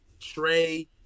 Trey